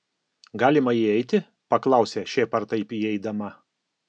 galima įeiti paklausė šiaip ar taip įeidama